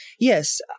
Yes